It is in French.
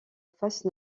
face